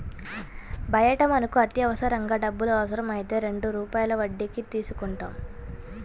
బయట మనకు అత్యవసరంగా డబ్బులు అవసరమైతే రెండు రూపాయల వడ్డీకి తీసుకుంటాం